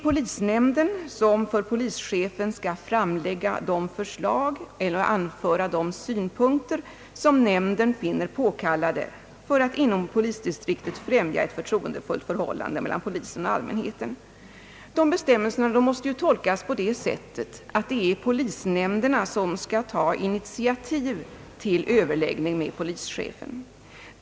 Polisnämnden skall för polischefen framlägga de förslag och eljest anföra de synpunkter som nämnden finner påkallade för att inom polisdistriktet främja ett förtroendefullt förhållande mellan polisen och allmänheten. Dessa bestämmelser måste tolkas så att det är polisnämnden som skall ta initiativ till överläggning med polischefen.